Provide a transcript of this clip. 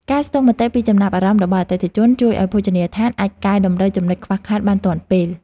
ការស្ទង់មតិពីចំណាប់អារម្មណ៍របស់អតិថិជន ជួយឱ្យភោជនីយដ្ឋានអាចកែតម្រូវចំនុចខ្វះខាតបានទាន់ពេល។